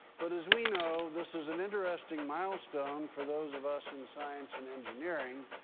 but as we know, this is an interesting milestone for those of us in science and engineering,